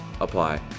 apply